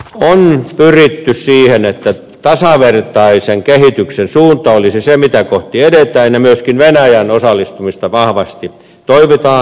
on pyritty siihen että tasavertaisen kehityksen suunta olisi se mitä kohti edetään ja myöskin venäjän osallistumista vahvasti toivotaan